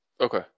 Okay